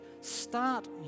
start